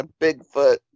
Bigfoot